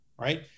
right